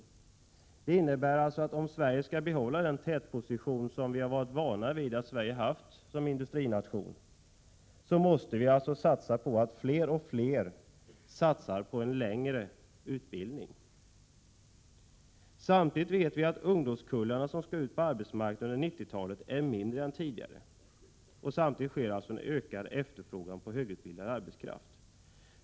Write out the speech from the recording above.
Detta innebär att om Sverige skall behålla den tätposition som vi har varit vana vid att ha som industrination så måste vi verka för att fler och fler satsar på en högre utbildning. De ungdomskullar som skall ut på arbetsmarknaden under 1990-talet är mindre än tidigare — och samtidigt sker alltså en ökad efterfrågan på högutbildad arbetskraft.